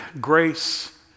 grace